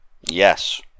Yes